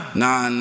nah